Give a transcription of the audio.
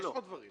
יש עוד דברים.